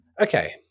Okay